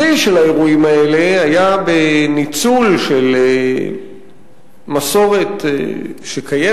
השיא של האירועים האלה היה בניצול של מסורת שקיימת,